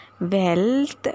wealth